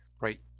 Right